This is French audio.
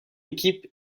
équipe